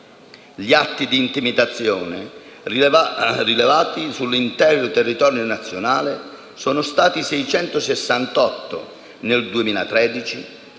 Gli atti di intimidazione, rilevati sull'intero territorio nazionale, sono stati 668 nel 2013